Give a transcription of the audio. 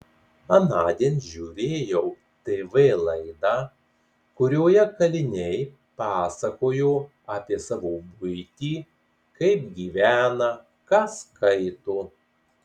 anądien žiūrėjau tv laidą kurioje kaliniai pasakojo apie savo buitį kaip gyvena ką skaito